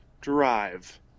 drive